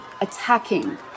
attacking